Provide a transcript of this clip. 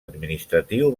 administratiu